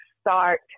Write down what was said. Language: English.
start